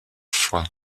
fois